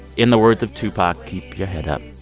in the words of tupac, keep your head up.